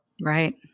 right